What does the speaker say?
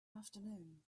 afternoon